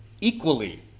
equally